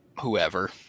Whoever